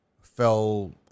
fell